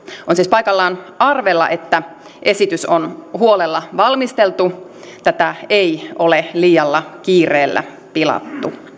on siis paikallaan arvella että esitys on huolella valmisteltu tätä ei ole liialla kiireellä pilattu